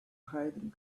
hiding